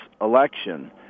election